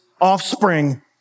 offspring